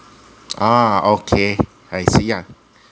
ah okay I see yeah